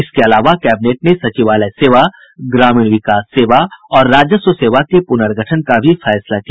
इसके अलावा कैबिनेट ने सचिवालय सेवा ग्रामीण विकास सेवा और राजस्व सेवा के पुनर्गठन का भी फैसला किया